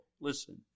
Listen